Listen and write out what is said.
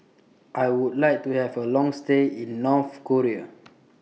I Would like to Have A Long stay in North Korea